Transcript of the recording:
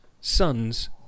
Sons